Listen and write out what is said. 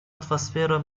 атмосфера